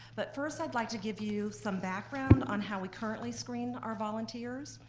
but first i'd like to give you some background on how we currently screened our volunteers.